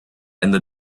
and